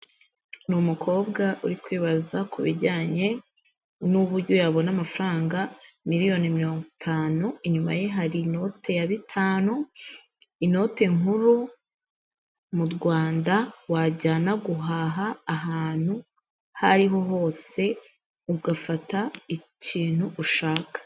Ni umukobwa uri kwibaza ku bijyanye n'uburyo yabona amafaranga miliyoni mirongo itanu, inyuma ye hari inote ya bitanu. Inote nkuru mu Rwanda wajyana guhaha ahantu aho ariho hose, ugafata ikintu ushaka.